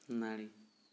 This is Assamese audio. নাৰী